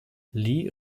lee